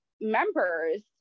members